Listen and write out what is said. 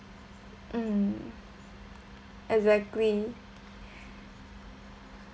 mm exactly